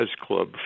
club